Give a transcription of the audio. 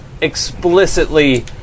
explicitly